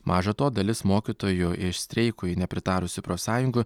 maža to dalis mokytojų iš streikui nepritarusių profsąjungų